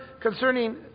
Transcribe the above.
concerning